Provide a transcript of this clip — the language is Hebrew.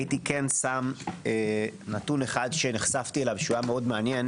הייתי כן שם נתון אחד שנחשפתי אליו שהיה מאוד מעניין